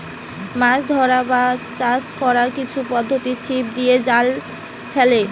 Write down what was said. মাছ ধরার বা চাষ কোরার কিছু পদ্ধোতি ছিপ দিয়ে, জাল ফেলে